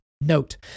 Note